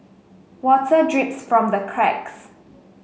water drips from the cracks